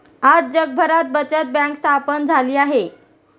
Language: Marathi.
आज जगभरात बचत बँक स्थापन झाली आहे